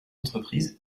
entreprises